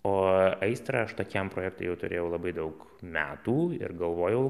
o aistrą aš tokiam projektui jau turėjau labai daug metų ir galvojau